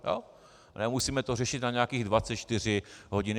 A nemusíme to řešit na nějakých 24 hodin.